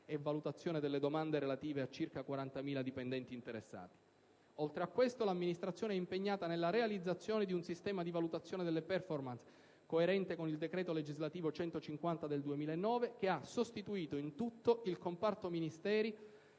e valutazione delle domande relative a circa 40.000 dipendenti interessati. Oltre a questo, l'amministrazione è impegnata nella realizzazione di un sistema di valutazione delle *performance*, coerente con il decreto legislativo n. 150 del 2009, che ha sostituito in tutto il comparto Ministeri